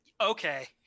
okay